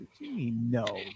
No